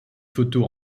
photos